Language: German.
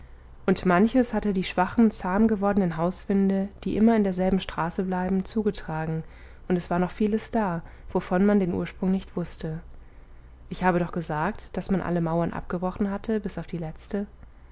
und manches hatte die schwachen zahm gewordenen hauswinde die immer in derselben straße bleiben zugetragen und es war noch vieles da wovon man den ursprung nicht wußte ich habe doch gesagt daß man alle mauern abgebrochen hatte bis auf die letzte